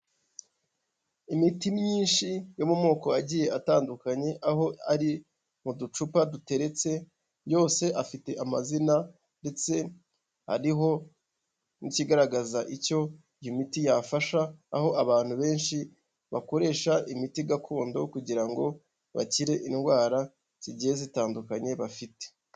Imiti myinshi yo mu moko agiye atandukanye, aho ari mu ducupa duteretse, yose afite amazina ndetse ariho n'ikigaragaza icyo iyo miti yafasha, aho abantu benshi bakoresha imiti gakondo kugira ngo bakire indwara zigiye zitandukanye bafite.